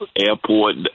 airport